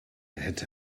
hätte